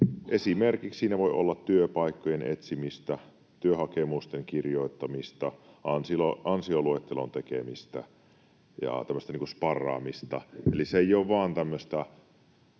esimerkiksi työpaikkojen etsimistä, työhakemusten kirjoittamista, ansioluettelon tekemistä ja tämmöistä sparraamista, eli se ei ole vain tämmöistä